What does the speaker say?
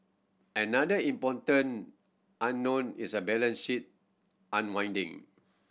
another important unknown is a balance sheet unwinding